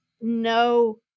no